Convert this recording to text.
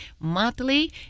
monthly